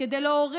הוא לא הוסדר